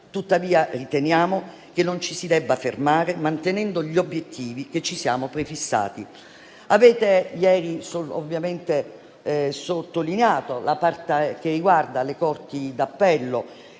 tuttavia che non ci si debba fermare, mantenendo gli obiettivi che ci siamo prefissati. Ieri avete ovviamente sottolineato la parte che riguarda le corti d'appello.